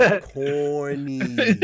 Corny